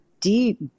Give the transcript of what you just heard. deep